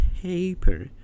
paper